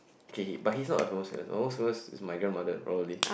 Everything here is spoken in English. okay okay but he is not almost famous almost famous is my grandmother probably